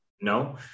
no